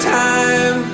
time